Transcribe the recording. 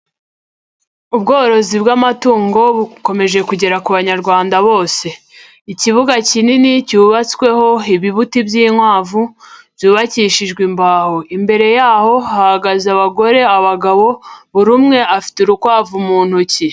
Ubworozi bw'amatungo bukomeje kugera ku Banyarwanda bose. Ikibuga kinini cyubatsweho ibibuti by'inkwavu, byubakishijwe imbaho. Imbere yaho hahagaze abagore, abagabo, buri umwe afite urukwavu mu ntoki.